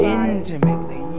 intimately